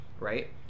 right